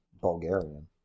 Bulgarian